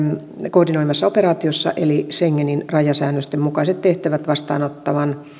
koordinoimassa operaatiossa eli schengenin rajasäännöstön mukaiset tehtävät vastaanottavan